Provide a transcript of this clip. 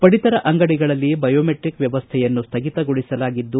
ಪಡಿತರ ಅಂಗಡಿಗಳಲ್ಲಿ ಬಯೋಮೆಟ್ರಿಕ್ ವ್ವವಸ್ಥೆಯನ್ನು ಸ್ಟಗಿತಗೊಳಿಸಲಾಗಿದ್ದು